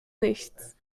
nichts